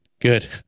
good